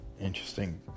interesting